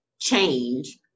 change